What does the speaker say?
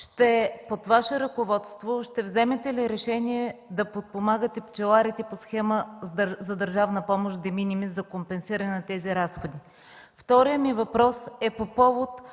под Ваше ръководство ще вземете ли решение да подпомагате пчеларите по схема за държавна помощ „Де минимис” за компенсиране на тези разходи?